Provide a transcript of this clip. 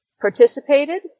participated